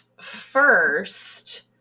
first